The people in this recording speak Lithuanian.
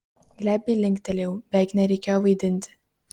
glebiai linktelėjau beveik nereikėjo vaidinti